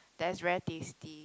that's very tasty